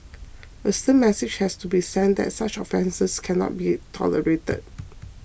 a stern message has to be sent that such offences can not be tolerated